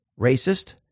racist